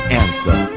answer